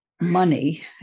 money